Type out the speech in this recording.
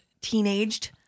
teenaged